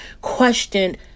questioned